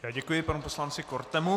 Já děkuji panu poslanci Kortemu.